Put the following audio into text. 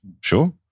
sure